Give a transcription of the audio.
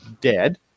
dead